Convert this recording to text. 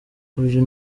uyu